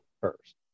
First